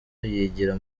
yigira